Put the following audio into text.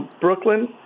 Brooklyn